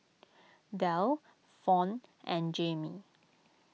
Delle Fawn and Jaime